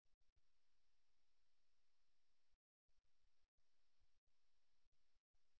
எனவே இது ஒரு நபரின் தற்காப்பு மற்றும் பாதுகாப்பைக் குறிக்கும் எதிர்மறையான நிலை என்றாலும் அது அவசர தோரணை அல்ல